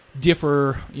differ